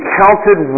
counted